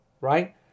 right